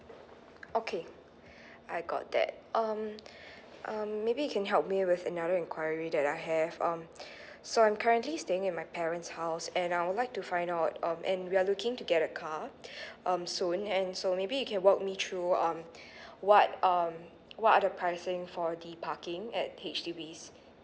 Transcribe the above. okay I got that um um maybe you can help me with another enquiry that I have um so I'm currently staying in my parents house and I would like to find out um and we're looking to get a car um soon and so maybe you can work me through um what um what are the pricing for the parking at H_D_B